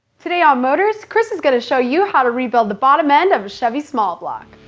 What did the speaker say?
today on motorz chris is going to show you how to rebuild the bottom end of a chevy small block.